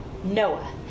Noah